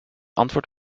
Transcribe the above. antwoord